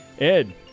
Ed